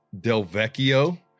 Delvecchio